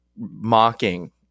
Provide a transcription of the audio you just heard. mocking